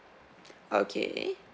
okay